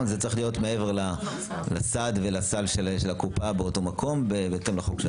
זה צריך להיות מעבר לסעד ולסל של הקופה באותו מקום בהתאם לחוק.